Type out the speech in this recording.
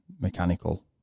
mechanical